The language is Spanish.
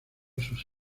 sus